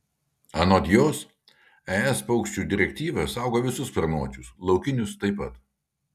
anot jos es paukščių direktyva saugo visus sparnuočius laukinius taip pat